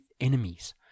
enemies